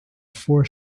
four